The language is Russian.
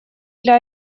для